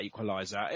equaliser